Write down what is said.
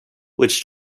which